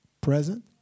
present